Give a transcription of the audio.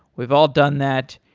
we've all done that,